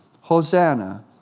Hosanna